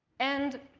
and